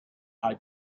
halt